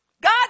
God